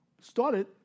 started